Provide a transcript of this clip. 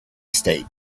state